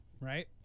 Right